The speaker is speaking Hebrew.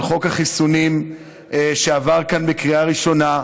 על חוק החיסונים שעבר כאן בקריאה הראשונה,